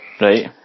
Right